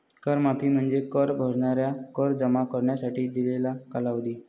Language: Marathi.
कर माफी म्हणजे कर भरणाऱ्यांना कर जमा करण्यासाठी दिलेला कालावधी